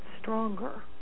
stronger